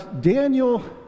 Daniel